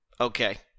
Okay